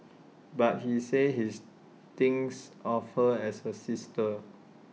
but he says his thinks of her as A sister